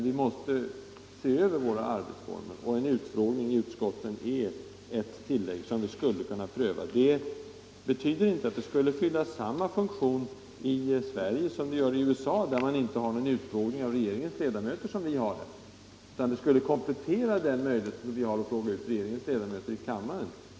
Vi måste se över våra arbetsformer, och utfrågningar i utskotten är ett tillägg som vi borde kunna pröva. Det betyder inte att de skulle fylla samma funktion i Sverige som de gör i USA, där man inte har några sådana frågor till regeringens ledamöter som vi har, utan de skulle komplettera den möjlighet som vi har att fråga ut regeringens ledamöter i kammaren.